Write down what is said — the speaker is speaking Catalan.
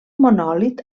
monòlit